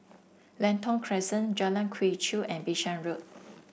Lentor Crescent Jalan Quee Chew and Bishan Road